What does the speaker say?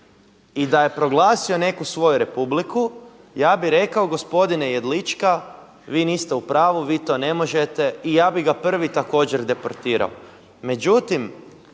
i da je proglasio neku svoju republiku ja bih rekao gospodine Jedlička vi niste u pravu, vi to ne možete i ja bih ga prvi također deportirao. Međutim,